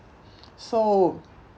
so